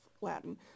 Latin